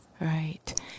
right